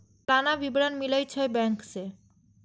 सलाना विवरण मिलै छै बैंक से?